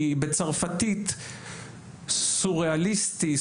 כי בצרפתית סוראליסטי,